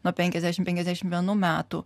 nuo penkiasdešim penkiasdešim vienų metų